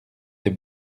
des